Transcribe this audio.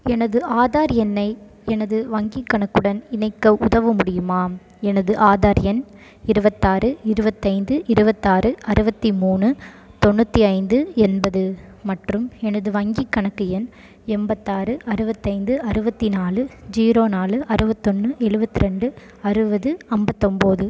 எனது ஆதார் எண்ணை எனது வங்கிக் கணக்குடன் இணைக்க உதவ முடியுமா எனது ஆதார் எண் இருபத்தாறு இருபத்தைந்து இருபத்தாறு அறுபத்தி மூணு தொண்ணூற்றி ஐந்து எண்பது மற்றும் எனது வங்கிக் கணக்கு எண் எண்பத்தாறு அறுபத்தைந்து அறுபத்தி நாலு ஜீரோ நாலு அறுபத்தொன்னு எழுபத்ரெண்டு அறுபது ஐம்பத்தொம்போது